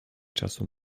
czasu